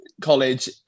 college